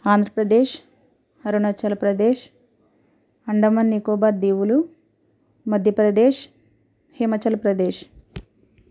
Andhra Pradesh Arunachal Pradesh Andaman నికోబార్దీవులు Madhya Pradesh హిమచల్ప్రదేశ్